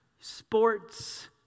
sports